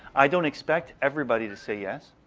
i don't expect everybody to say yes.